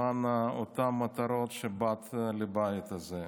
למען אותן מטרות שבשבילן באת לבית הזה.